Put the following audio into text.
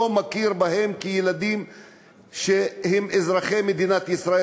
מכיר בהם כילדים שהם אזרחי מדינת ישראל,